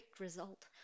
result